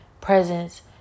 presence